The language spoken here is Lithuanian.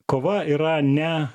kova yra ne